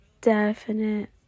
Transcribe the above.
definite